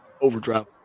overdrive